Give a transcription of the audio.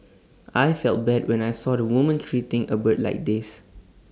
I felt bad when I saw the woman treating A bird like this